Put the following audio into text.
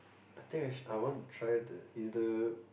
the thing is I want to try the